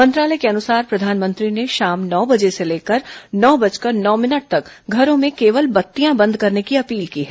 मंत्रालय के अनुसार प्रधानमंत्री ने शाम नौ बजे से लेकर नौ बजकर नौ मिनट तक घरों में केवल बत्तियां बंद करने की अपील की है